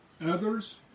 others